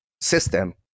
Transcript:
system